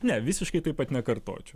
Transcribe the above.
ne visiškai taip pat nekartočiau